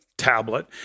tablet